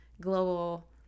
global